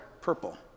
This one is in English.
purple